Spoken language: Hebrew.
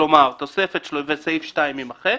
כלומר, תוספת שלו וסעיף 2 יימחק.